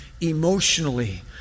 emotionally